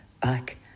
back